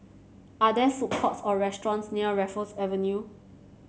are there food courts or restaurants near Raffles Avenue